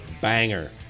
banger